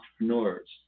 entrepreneurs